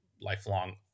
lifelong